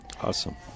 awesome